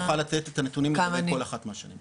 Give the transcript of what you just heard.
אנחנו נוכל לתת את הנתונים לגבי כל אחת מהשנים.